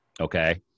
Okay